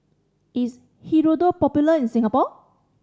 is Hirudoid popular in Singapore